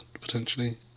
potentially